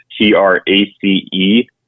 T-R-A-C-E